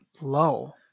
low